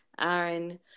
Aaron